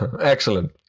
Excellent